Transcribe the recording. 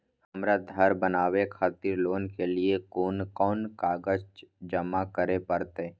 हमरा धर बनावे खातिर लोन के लिए कोन कौन कागज जमा करे परतै?